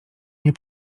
nie